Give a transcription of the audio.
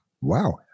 wow